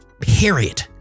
period